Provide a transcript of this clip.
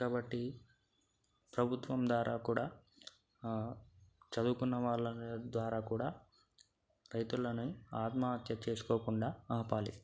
కాబట్టి ప్రభుత్వం ద్వారా కూడా చదువుకున్న వాళ్ళ ద్వారా కూడా రైతులని ఆత్మహత్యలు చేసుకోకుండా ఆపాలి